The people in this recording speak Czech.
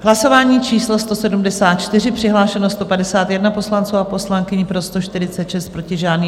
Hlasování číslo 174, přihlášeno 151 poslanců a poslankyň, pro 146, proti žádný.